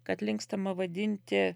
kad linkstama vadinti